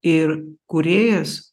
ir kūrėjas